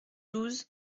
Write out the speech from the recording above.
douze